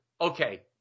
okay